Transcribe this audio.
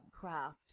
craft